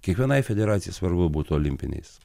kiekvienai federacijai svarbu būt olimpiniais